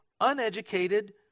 uneducated